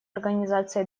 организации